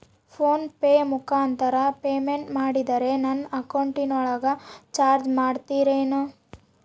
Phone pay ಮುಖಾಂತರ payment ಮಾಡಿದರೆ ನನ್ನ ಅಕೌಂಟಿನೊಳಗ ಚಾರ್ಜ್ ಮಾಡ್ತಿರೇನು?